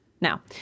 Now